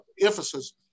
emphasis